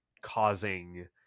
causing